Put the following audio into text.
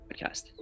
podcast